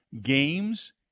games